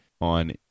on